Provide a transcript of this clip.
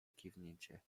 kiwnięcie